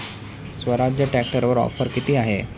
स्वराज्य ट्रॅक्टरवर ऑफर किती आहे?